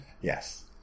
Yes